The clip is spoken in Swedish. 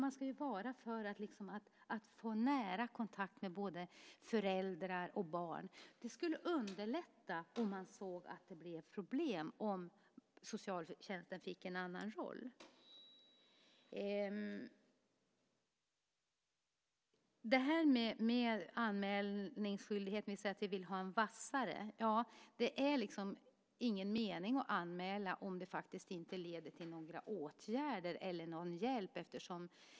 Man ska vara så att man får nära kontakt med både föräldrar och barn. Om socialtjänsten fick en annan roll skulle det underlätta när man ser att det är problem. Vi säger att vi vill ha en vassare anmälningsskyldighet. Det är ingen mening att anmäla om det inte leder till några åtgärder eller någon hjälp.